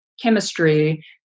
chemistry